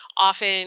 often